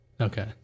Okay